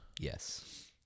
Yes